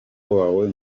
wawe